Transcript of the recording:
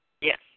Yes